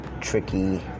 tricky